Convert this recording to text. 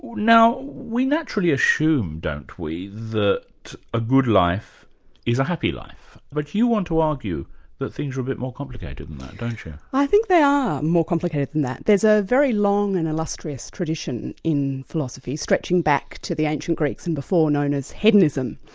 now we naturally assume, don't we, that a good life is a happy life. but you want to argue that things are a bit more complicated than that, don't you? i think they are more complicated than that. there's a very long and illustrious tradition in philosophy, stretching back to the ancient greeks and before known as hedonism.